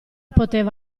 poteva